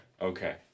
Okay